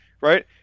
right